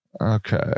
Okay